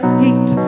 heat